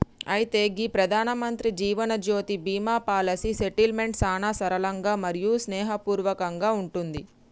అయితే గీ ప్రధానమంత్రి జీవనజ్యోతి బీమా పాలసీ సెటిల్మెంట్ సానా సరళంగా మరియు స్నేహపూర్వకంగా ఉంటుంది